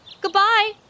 Goodbye